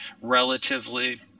relatively